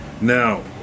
Now